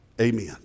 Amen